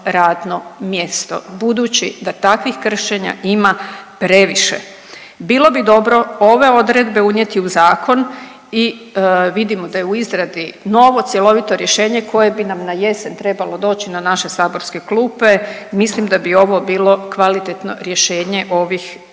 radno mjesto. Budući da takvih kršenja ima previše bilo bi dobro ove odredbe unijeti u zakon i vidimo da je u izradi novo cjelovito rješenje koje bi nam na jesen trebalo doći na naše saborske klupe, mislim da bi ovo bilo kvalitetno rješenje ovih